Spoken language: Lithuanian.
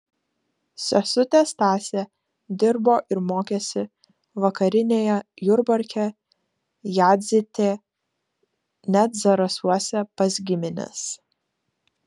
sesutė stasė dirbo ir mokėsi vakarinėje jurbarke jadzytė net zarasuose pas gimines